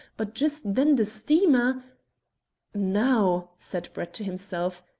but just then the steamer now, said brett to himself,